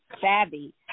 savvy